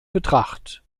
betracht